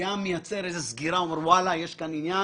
מייצר איזו סגירה, אומר: "וואלה, יש כאן עניין,